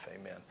Amen